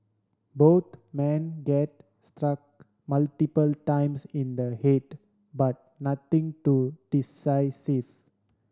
both men get struck multiple times in the head but nothing too decisive